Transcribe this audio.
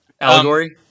Allegory